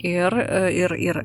ir ir ir